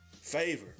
Favor